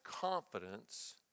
confidence